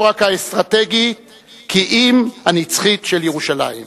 לא רק האסטרטגית כי אם הנצחית של ירושלים.